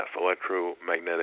electromagnetic